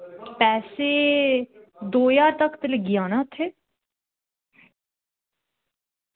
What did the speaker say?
पैसे दौ ज्हार तगर ते लग्गी जाना उत्थें